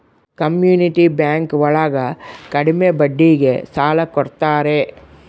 community bank ಒಳಗ ಕಡ್ಮೆ ಬಡ್ಡಿಗೆ ಸಾಲ ಕೊಡ್ತಾರೆ